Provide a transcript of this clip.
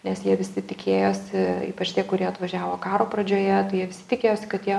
nes jie visi tikėjosi ypač tie kurie atvažiavo karo pradžioje tai jie visi tikėjosi kad jie